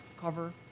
cover